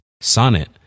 Sonnet